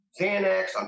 Xanax